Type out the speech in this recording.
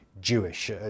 Jewish